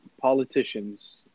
politicians